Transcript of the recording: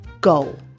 GOAL